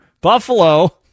Buffalo